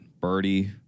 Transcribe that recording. birdie